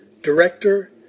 director